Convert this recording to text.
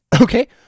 Okay